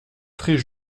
très